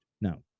no